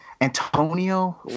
Antonio